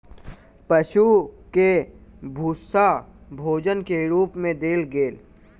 पशु के भूस्सा भोजन के रूप मे देल गेल